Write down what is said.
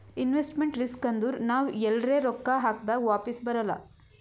investment risk ಅಂದುರ್ ನಾವ್ ಎಲ್ರೆ ರೊಕ್ಕಾ ಹಾಕ್ದಾಗ್ ವಾಪಿಸ್ ಬರಲ್ಲ